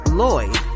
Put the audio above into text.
lloyd